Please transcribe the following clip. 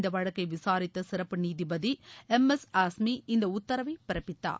இந்த வழக்கை விசாரித்த சிறப்பு நீதிபதி எம் எஸ் ஆஸ்மி இந்த உத்தரவை பிறப்பித்தார்